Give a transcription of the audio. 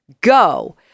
go